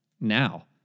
now